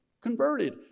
converted